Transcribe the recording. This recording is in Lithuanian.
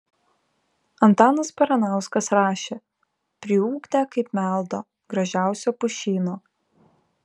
antanas baranauskas rašė priugdę kaip meldo gražiausio pušyno